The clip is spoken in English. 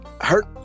hurt